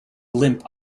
limp